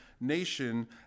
nation